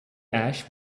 ash